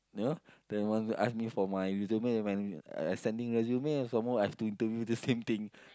you know they ask me for my resume when I I sending resume then some more I have to interview the same thing